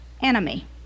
enemy